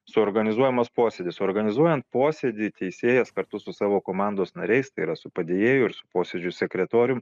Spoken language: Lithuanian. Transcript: suorganizuojamas posėdis suorganizuojant posėdį teisėjas kartu su savo komandos nariais tai yra su padėjėju ir su posėdžių sekretorium